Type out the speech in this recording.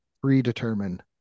predetermined